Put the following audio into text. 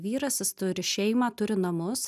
vyras jis turi šeimą turi namus